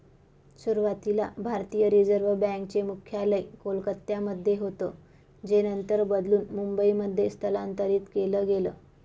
सुरुवातीला भारतीय reserve bank चे मुख्यालय कोलकत्यामध्ये होतं जे नंतर बदलून मुंबईमध्ये स्थलांतरीत केलं गेलं